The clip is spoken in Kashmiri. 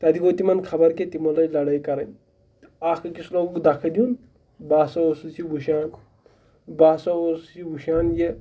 تَتہِ گوٚو تِمَن خبر کیٛاہ تِمو لٲج لڑٲے کَرٕنۍ اَکھ أکِس لوگُکھ دَکہٕ دیُن بہٕ ہَسا اوسُس یہِ وٕچھان بہٕ ہَسا اوسُس یہِ وٕچھان یہِ